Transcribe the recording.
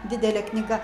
didelė knyga